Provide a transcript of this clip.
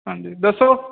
ਦੱਸੋ